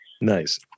nice